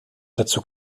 dazu